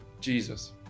Jesus